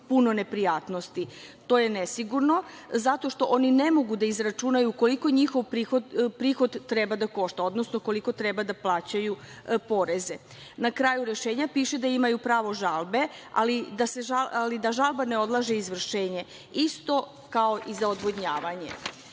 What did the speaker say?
puno neprijatnosti. To je nesigurno zato što oni ne mogu da izračunaju koliko njihov prihod treba da košta, odnosno koliko treba da plaćaju poreze. Na kraju rešenja piše da imaju pravo žalbe, ali da žalba ne odlaže izvršenje. Isto kao i za odvodnjavanje. Drugo